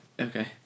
Okay